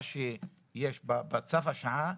מה שיש בהוראת השעה,